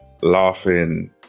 laughing